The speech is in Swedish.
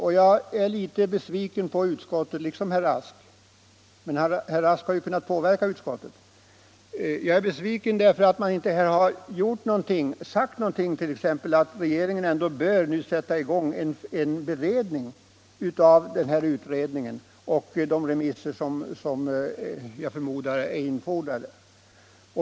Och jag är litet besviken på utskottet — liksom herr Rask, men han har ju kunnat påverka utskottet — därför att det inte uttalat t.ex. att regeringen nu bör sätta i gång en beredning av denna utredning och de remissvar som jag förmodar är infordrade.